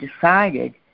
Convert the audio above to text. decided